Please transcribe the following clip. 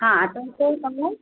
हां